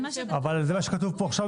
אבל זה מה שכתוב פה עכשיו,